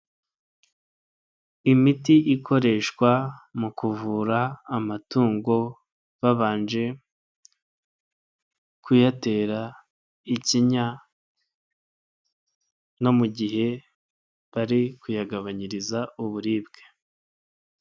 Imiti ikoreshwa mu kuvura amatungo babanje kuyatera ikinya no mu gihe bari kuyagabanyiriza uburibwe.